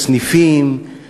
את הנאומים בני דקה להיום,